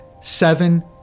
seven